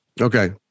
Okay